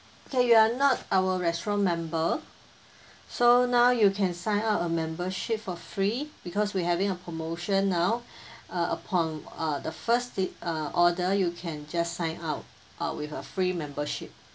K you are not our restaurant member so now you can sign up a membership for free because we having a promotion now uh upon uh the first del~ uh order you can just sign up uh with a free membership